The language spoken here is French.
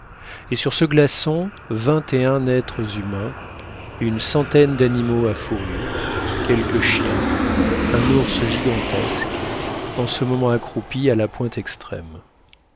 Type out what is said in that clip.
et sur ce glaçon vingt et un êtres humains une centaine d'animaux à fourrures quelques chiens un ours gigantesque en ce moment accroupi à la pointe extrême